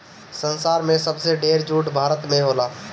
संसार में सबसे ढेर जूट भारत में होला